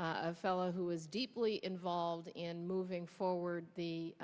a fellow who was deeply involved in moving forward the